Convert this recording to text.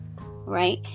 right